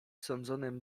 sądzonym